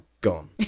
gone